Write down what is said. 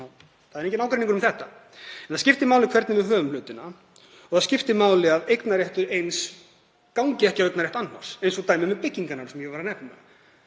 er enginn ágreiningur. En það skiptir máli hvernig við höfum hlutina og það skiptir máli að eignarréttur eins gangi ekki á eignarrétt annars, eins og dæmið um byggingarnar sem ég nefndi.